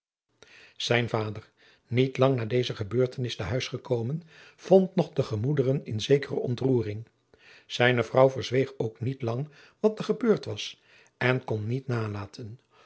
zijn vader niet lang na deze gebeurtenis te huis gekomen vond nog de gemoederen in zekere ontroering zijne vrouw verzweeg ook niet lang wat er gebeurd was en kon niet nalaten